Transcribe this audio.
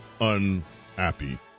unhappy